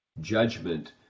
judgment